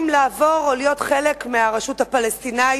לעבור או להיות חלק מהרשות הפלסטינית.